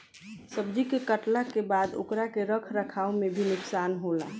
सब्जी के काटला के बाद ओकरा के रख रखाव में भी नुकसान होला